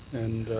and